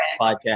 podcast